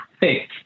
hey